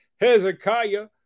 Hezekiah